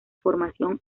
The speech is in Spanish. formación